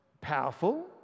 powerful